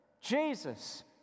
Jesus